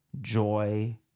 joy